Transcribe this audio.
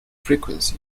frequency